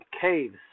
caves